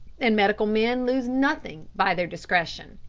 and medical men lose nothing by their discretion.